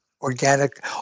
organic